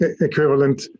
equivalent